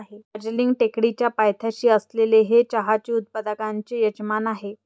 दार्जिलिंग टेकडीच्या पायथ्याशी असलेले हे चहा उत्पादकांचे यजमान आहे